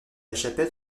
chapelle